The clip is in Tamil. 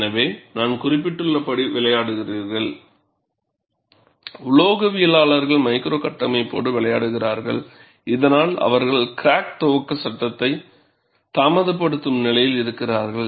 எனவே நான் குறிப்பிட்டுள்ளபடி உலோகவியலாளர்கள் மைக்ரோ கட்டமைப்போடு விளையாடுகிறார்கள் இதனால் அவர்கள் கிராக் துவக்க கட்டத்தை தாமதப்படுத்தும் நிலையில் இருக்கிறார்கள்